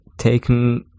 Taken